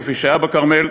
כפי שהיה בכרמל,